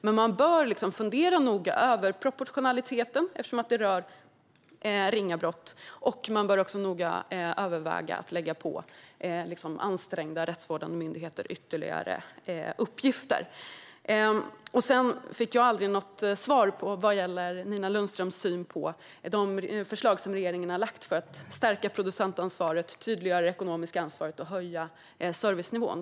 Men man bör noga fundera över proportionaliteten eftersom det rör ringa brott. Man bör också noga överväga om man verkligen ska lägga på ansträngda rättsvårdande myndigheter ytterligare uppgifter. Jag fick aldrig något svar om Nina Lundströms syn på de förslag som regeringen har lagt fram för att stärka producentansvaret, tydliggöra det ekonomiska ansvaret och höja servicenivån.